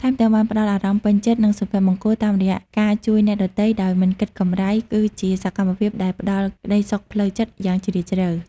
ថែមទាំងបានផ្ដល់អារម្មណ៍ពេញចិត្ត និងសុភមង្គលតាមរយៈការជួយអ្នកដទៃដោយមិនគិតកម្រៃ គឺជាសកម្មភាពដែលផ្ដល់ក្ដីសុខផ្លូវចិត្តយ៉ាងជ្រាលជ្រៅ។